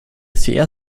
sehr